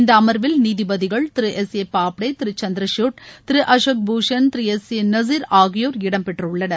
இந்த அமர்வில் நீதிபதிகள் திரு S A Bobde Thiru Chandrachud Thiru Ashok Bhushan Thiru S A Nazeer ஆகியேர் இடம் பெற்றுள்ளனர்